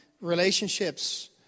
relationships